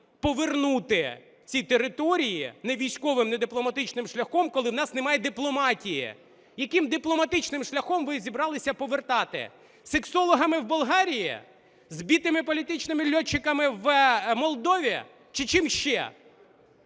повернути ці території ні військовим, ні дипломатичним шляхом, коли в нас немає дипломатії. Яким дипломатичним шляхом ви зібралися повертати: сексологами в Болгарії, збитими політичними льотчиками в Молдові, чи чим ще?